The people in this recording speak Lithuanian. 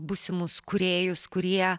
būsimus kūrėjus kurie